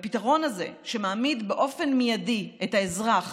הפתרון הזה, שמעמיד באופן מיידי את האזרח